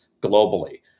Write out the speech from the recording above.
globally